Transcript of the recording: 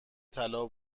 طلا